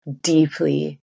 deeply